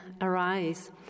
arise